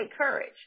courage